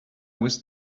was